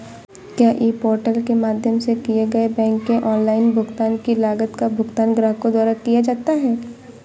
क्या e portal के माध्यम से किए गए बैंक के ऑनलाइन भुगतान की लागत का भुगतान ग्राहकों द्वारा किया जाता है?